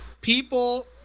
people